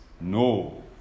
No